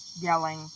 yelling